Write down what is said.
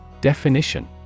Definition